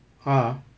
ah